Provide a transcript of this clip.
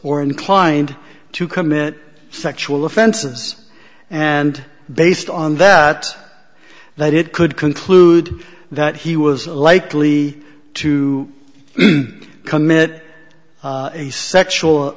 or inclined to commit sexual offenses and based on that that it could conclude that he was likely to commit a sexual